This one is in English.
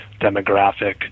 demographic